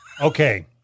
Okay